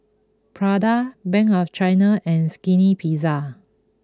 Prada Bank of China and Skinny Pizza